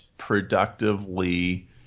Productively